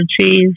cheese